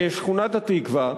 בשכונת-התקווה,